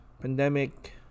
pandemic